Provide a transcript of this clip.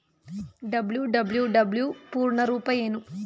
WWW ಪೂರ್ಣ ರೂಪ ಏನು?